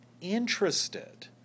interested